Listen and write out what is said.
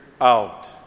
out